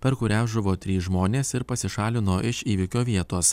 per kurią žuvo trys žmonės ir pasišalino iš įvykio vietos